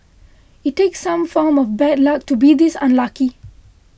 it takes some form of bad luck to be this unlucky